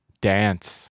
dance